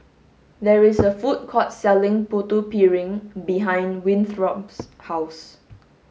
there is a food court selling putu piring behind Winthrop's house